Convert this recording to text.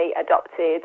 adopted